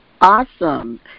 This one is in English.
awesome